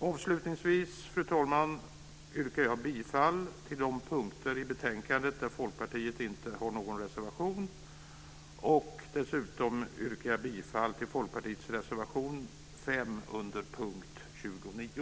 Avslutningsvis, fru talman, yrkar jag bifall till utskottets förslag på de punkter i betänkandet där Folkpartiet inte har någon reservation. Dessutom yrkar jag bifall till Folkpartiets reservation 5 under punkt 29.